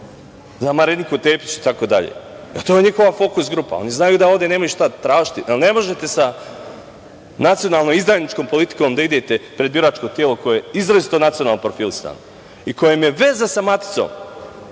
za Mariniku Tepić i tako dalje. To je njihova fokus grupa, oni znaju da ovde nemaju šta tražiti jer ne možete sa nacionalno izdajničkom politikom da idete pred biračko telo koje je izrazito nacionalno profilisano i kojem je veza sa maticom